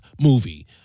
movie